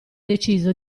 deciso